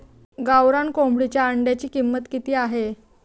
गावरान कोंबडीच्या अंड्याची किंमत किती आहे?